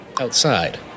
outside